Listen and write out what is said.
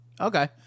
okay